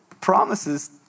promises